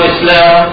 Islam